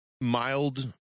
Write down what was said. mild